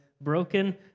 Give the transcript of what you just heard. broken